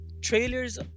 trailers